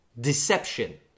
deception